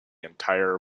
entire